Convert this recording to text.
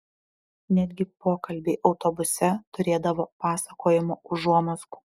netgi pokalbiai autobuse turėdavo pasakojimo užuomazgų